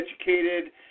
educated